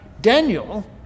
Daniel